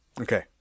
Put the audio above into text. Okay